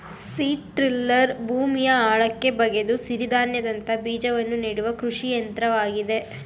seed driller ಭೂಮಿಯ ಆಳಕ್ಕೆ ಬಗೆದು ಸಿರಿಧಾನ್ಯದಂತ ಬೀಜವನ್ನು ನೆಡುವ ಕೃಷಿ ಯಂತ್ರವಾಗಿದೆ